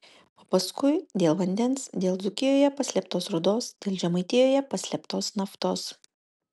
o paskui dėl vandens dėl dzūkijoje paslėptos rūdos dėl žemaitijoje paslėptos naftos